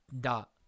Dot